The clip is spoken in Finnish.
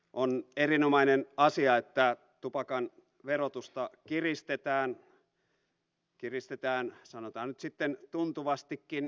on erinomainen asia että tupakan verotusta kiristetään kiristetään sanotaan nyt sitten tuntuvastikin